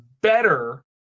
better